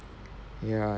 ya